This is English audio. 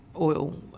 oil